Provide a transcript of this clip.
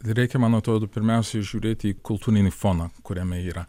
reikia man atrodo pirmiausiai žiūrėti į kultūrinį foną kuriame yra